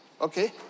okay